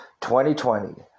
2020